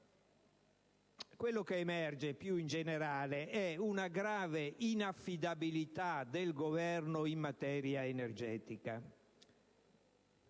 Quello che emerge più in generale è una grave inaffidabilità del Governo in materia energetica.